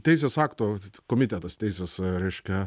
teisės akto komitetas teisės reiškia